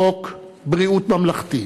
חוק ביטוח בריאות ממלכתי.